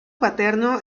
paterno